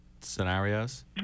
scenarios